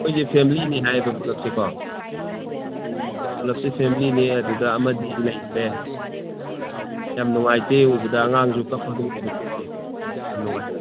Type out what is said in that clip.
ꯃꯣꯏꯁꯦ ꯐꯦꯃꯤꯂꯤꯅꯤ ꯍꯥꯏ ꯑꯗꯣ ꯄꯨꯂꯞꯁꯦꯀꯣ ꯄꯨꯂꯞꯁꯦ ꯐꯦꯃꯤꯂꯤꯅꯤ ꯑꯗꯨꯗ ꯑꯃꯗꯤ ꯂꯩꯇ꯭ꯔꯦ ꯌꯥꯝ ꯅꯨꯡꯉꯥꯏꯇꯦ ꯎꯕꯗ ꯑꯉꯥꯡꯁꯨ ꯀꯥꯞꯄꯗꯣ ꯎꯕꯗꯀꯣ ꯌꯥꯝ ꯅꯨꯡꯉꯥꯏꯇꯦ